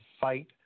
fight